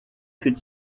could